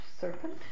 serpent